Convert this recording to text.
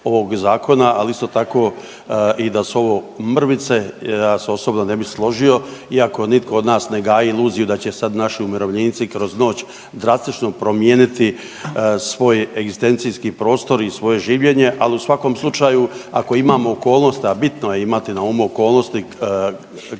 ali isto tako i da su ovo mrvice, ja se osobno ne bi složio iako nitko od nas ne gaji iluziju da će sad naši umirovljenici kroz noć drastično promijeniti svoj egzistencijski prostor i svoje življenje, ali u svakom slučaju ako imamo okolnosti, a bitno je imati na umu okolnosti vremena u